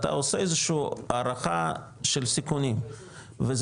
אתה עושה איזושהי הערכה של סיכונים וזה